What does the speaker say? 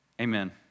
Amen